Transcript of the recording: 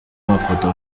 amafoto